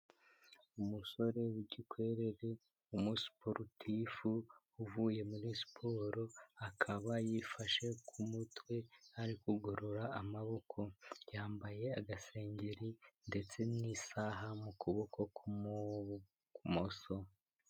Umusore w'igikwerere umusiporutifu uvuye muri siporo akaba yifashe ku mutwe ari kugorora amaboko, yambaye agasengeri ndetse n'isaha mu kuboko k'ukumoso.